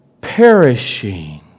perishing